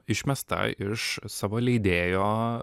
išmesta iš savo leidėjo